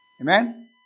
Amen